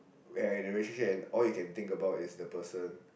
where you're in a relationship and all you can think about is the person